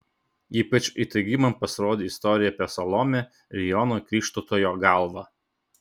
ypač įtaigi man pasirodė istorija apie salomę ir jono krikštytojo galvą